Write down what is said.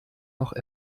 noch